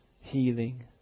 healing